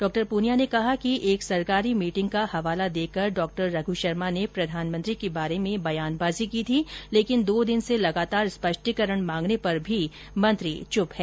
डा पूनियाँ ने कहा की एक सरकारी मीटिंग का हवाला र्दकर डॉ रघ् शर्मा ने प्रधानमंत्री नरेन्द्र मोदी के बारे में बयानबाजी की थी लेकिन दो दिन से लगातार स्पष्टीकरण मांगने पर भी मंत्री चुप हैं